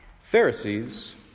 Pharisees